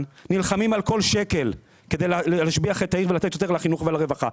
נלחמים על כל שקל כדי להשביח את העיר ולתת יותר לחינוך ולרווחה.